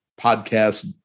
podcast